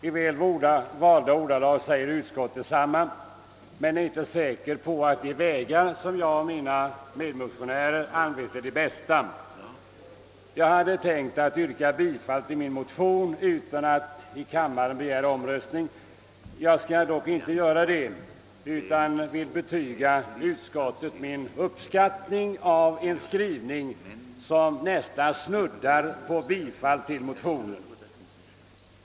I väl valda ordalag säger utskottet detsamma, men man är inte säker på att de vägar jag och mina medmotionärer angett är de bästa. Jag hade tänkt yrka bifall till min motion utan att i kammaren begära omröstning. Jag skall dock inte göra det utan vill betyga utskottet min uppskattning av en skrivning som nästan snuddar på bifall till motionen.